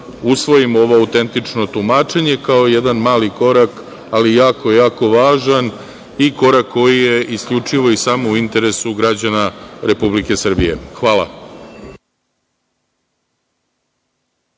usvojimo ovo autentično tumačenje kao jedan mali korak, ali jako, jako važan, i korak koji je isključivo i samo u interesu građana Republike Srbije. Hvala.